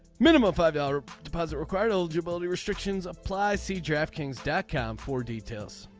minimum five dollar deposit required eligibility restrictions apply. see draft kings dash cam for details.